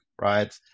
right